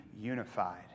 unified